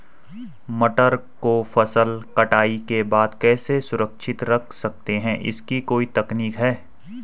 मटर को फसल कटाई के बाद कैसे सुरक्षित रख सकते हैं इसकी कोई तकनीक है?